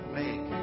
make